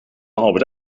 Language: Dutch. albert